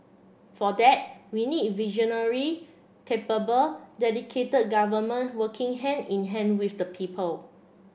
for that we need visionary capable dedicated government working hand in hand with the people